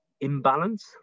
imbalance